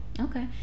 Okay